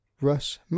Russ